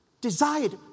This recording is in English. desired